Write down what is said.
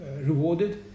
rewarded